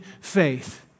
faith